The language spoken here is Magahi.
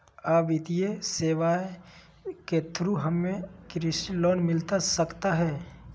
आ वित्तीय सेवाएं के थ्रू हमें कृषि लोन मिलता सकता है?